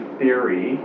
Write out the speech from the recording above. theory